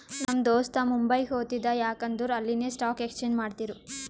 ನಮ್ ದೋಸ್ತ ಮುಂಬೈಗ್ ಹೊತ್ತಿದ ಯಾಕ್ ಅಂದುರ್ ಅಲ್ಲಿನೆ ಸ್ಟಾಕ್ ಎಕ್ಸ್ಚೇಂಜ್ ಮಾಡ್ತಿರು